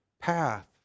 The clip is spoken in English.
path